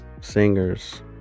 singers